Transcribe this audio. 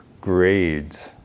grades